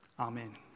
Amen